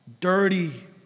dirty